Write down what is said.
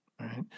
right